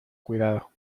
cuidado